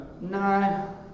no